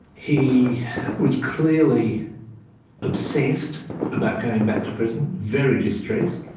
he was clearly obsessed about going back to prison. very distressed.